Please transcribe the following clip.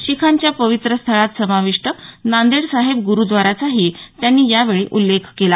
शिखांच्या पवित्र स्थळांत समाविष्ट नांदेड साहेब गुरुद्वाराचाही त्यांनी यावेळी उल्लेख केला